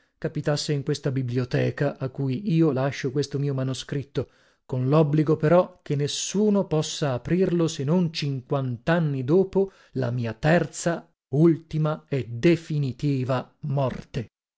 capitasse in questa biblioteca a cui io lascio questo mio manoscritto con lobbligo però che nessuno possa aprirlo se non cinquantanni dopo la mia terza ultima e definitiva morte